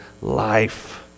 life